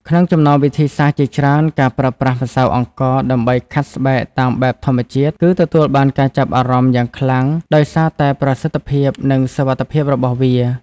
ក្នុងចំណោមវិធីសាស្ត្រជាច្រើន ការប្រើប្រាស់ម្សៅអង្ករដើម្បីខាត់ស្បែកតាមបែបធម្មជាតិ គឺទទួលបានការចាប់អារម្មណ៍យ៉ាងខ្លាំង ដោយសារតែប្រសិទ្ធភាព និងសុវត្ថិភាពរបស់វា។